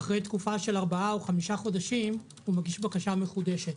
ואחרי תקופה של ארבעה או חמישה חודשים הוא מגיש בקשה מחודשת